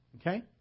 Okay